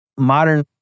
Modern